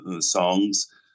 songs